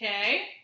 Okay